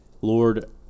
Lord